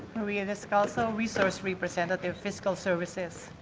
maria descalzo, resource representative, fiscal services.